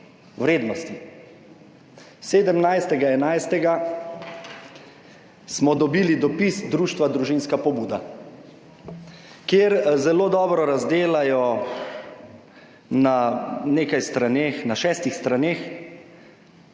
17. 11. smo dobili dopis društva Družinska pobuda, kjer zelo dobro razdelajo na nekaj straneh,